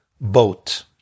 boat